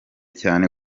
cyane